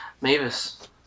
Mavis